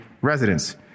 residents